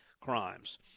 crimes